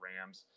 Rams